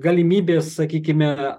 galimybės sakykime